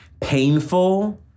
painful